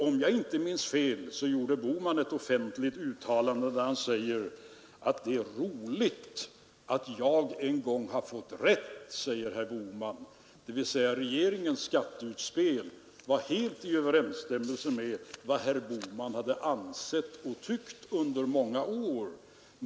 Om jag inte minns fel, gjorde herr Bohman ett offentligt uttalande, vari han sade att det var roligt att han en gång fått rätt, dvs. regeringens skatteutspel var helt i överensstämmelse med vad herr Bohman ansett och tyckt under många år.